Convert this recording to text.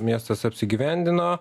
miestas apsigyvendino